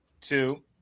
two